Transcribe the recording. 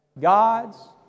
God's